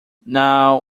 now